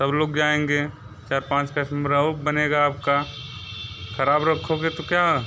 सब लोग जाएँगे चार पाँच कस्टमर और बनेगा आपका ख़राब रखोगे तो क्या